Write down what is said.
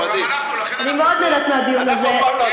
כל פעם שמאשימים את השמאל, גם אנחנו.